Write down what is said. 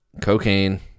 cocaine